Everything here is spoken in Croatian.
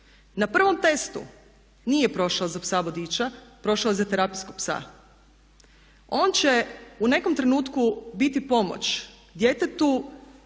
Na prvom testu nije prošao za psa vodiča, prošao je za terapijskog psa. On će u nekom trenutku biti pomoć djetetu